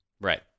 right